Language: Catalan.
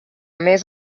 més